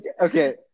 okay